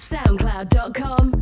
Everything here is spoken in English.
SoundCloud.com